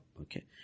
Okay